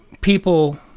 people